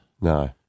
No